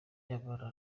nyamara